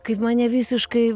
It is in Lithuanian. kaip mane visiškai